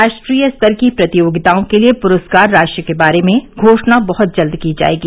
राष्ट्रीय स्तर की प्रतियोगिताओं के लिए पुरस्कार राशि के बारे में घोषणा बहुत जल्द की जाएगी